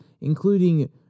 including